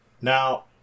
Now